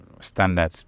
Standard